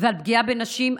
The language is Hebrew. ועל פגיעה בנשים.